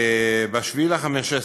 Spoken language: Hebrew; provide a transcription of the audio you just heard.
ב-9 במאי 2015